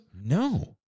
No